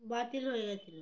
বাাতিল হয়ে গিয়েছিল